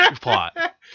plot